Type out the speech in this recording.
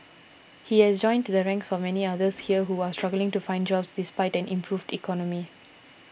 he has joined the ranks of the many others here who are struggling to find jobs despite an improved economy